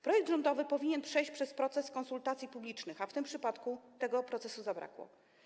Projekt rządowy powinien przejść przez proces konsultacji publicznych, a w tym przypadku tego procesu zabrakło.